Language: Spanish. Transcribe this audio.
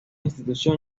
institución